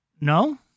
No